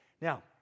Now